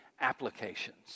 applications